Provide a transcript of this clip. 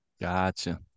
Gotcha